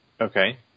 Okay